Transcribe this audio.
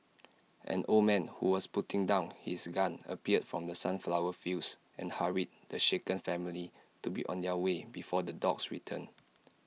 an old man who was putting down his gun appeared from the sunflower fields and hurried the shaken family to be on their way before the dogs return